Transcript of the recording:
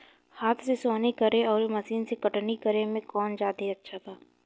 हाथ से सोहनी करे आउर मशीन से कटनी करे मे कौन जादे अच्छा बा?